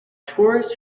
tourists